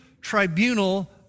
tribunal